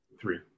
Three